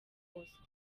bosco